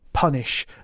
Punish